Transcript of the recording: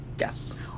Yes